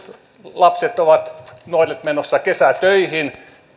lapset nuoret ovat menossa kesätöihin